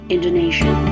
Indonesia